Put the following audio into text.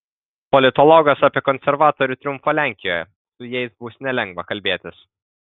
politologas apie konservatorių triumfą lenkijoje su jais bus nelengva kalbėtis